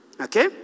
Okay